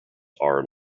are